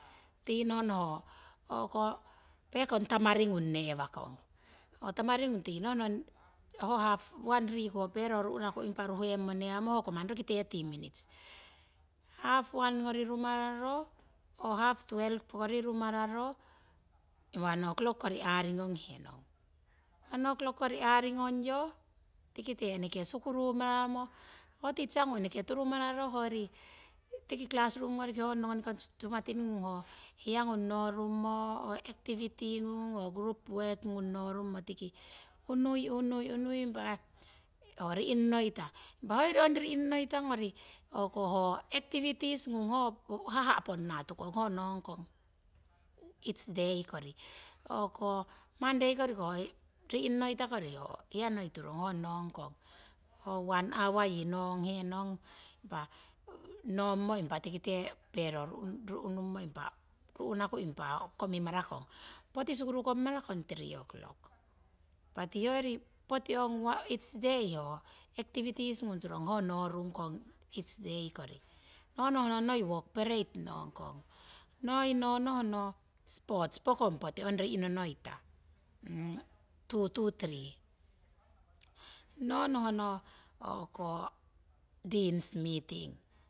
Tiinohno hopekong tanian gung newakong ho half one riku ruhengmo newakong hoko manni roki thirty minits. Onegori rumararo hap twelve kori nimararo one oçlock kori angungkong one oçlock kori arigongyo tikite eneke sukurumaramo. Hoteachergung tiki classroom goriki honoh sumatingung hiagung noningmo activity, group workgung noningme. Hoyori rinono no ita activitiesgung haaha ponnah tukong honongkong each day kovi monday koriko horinonoitakori hianoi turong honongkong. One hour nonghenog impah pero ruhnungmo impah komimarakong poti sukuru komimara kong three oçlock impah hoyori potinoi eachday activities gung turong horongkong each day kori nonohno noi work pereit nongkong noi nonohno sports pokong poti two to three nonohno dins meeting.